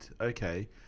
Okay